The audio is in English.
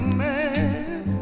man